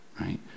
Right